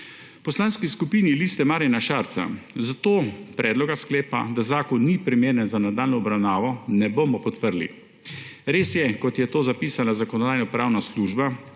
Poslanski skupini Liste Marjana Šarca zato predloga sklepa, da zakon ni primeren za nadaljnjo obravnavo, ne bomo podprli. Res je, kot je to zapisala Zakonodajno-pravna služba,